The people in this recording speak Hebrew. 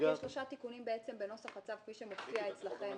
יש ארבעה תיקונים בנוסח הצו כפי שמופיע אצלכם.